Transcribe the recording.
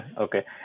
okay